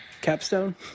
capstone